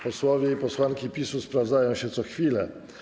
Posłowie i posłanki PiS-u sprawdzają się co chwilę.